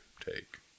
take